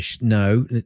No